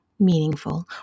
meaningful